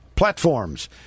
platforms